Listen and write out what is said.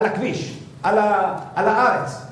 על הכביש, על הארץ.